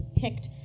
picked